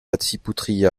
attachées